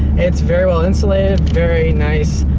it's very well insulated. very nice,